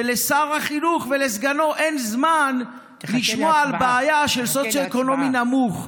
שלשר החינוך ולסגנו אין זמן לשמוע על בעיה של מגזר סוציו-אקונומי נמוך,